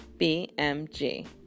BMG